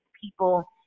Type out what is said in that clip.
people